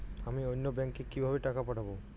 আমি অন্য ব্যাংকে কিভাবে টাকা পাঠাব?